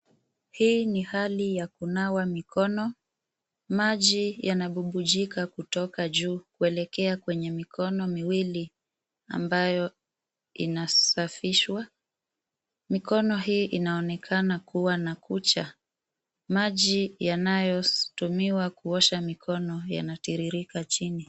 Hii ni hali ya kunawa mikono. Maji yanabubujika kutoka juu kuelekea kwenye mikono miwili ambayo inasafishwa. Mikono hii inaonekana kuwa na kucha. maji yanayotumiwa kuosha mikono yanatiririka chini.